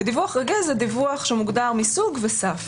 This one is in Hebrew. דיווח רגיל זה דיווח שמוגדר מסוג וסף.